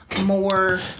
more